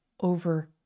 over